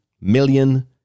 million